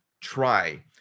try